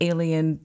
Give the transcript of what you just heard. Alien